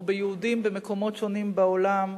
או ביהודים במקומות שונים בעולם,